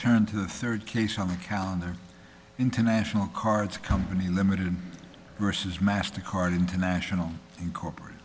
turn to the third case on the calendar international cards company ltd versus mastercard international and corporate